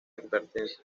advertencia